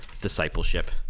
discipleship